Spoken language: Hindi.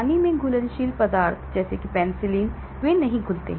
पानी में घुलनशील पदार्थ जैसे पेनिसिलिन वे नहीं घुलता हैं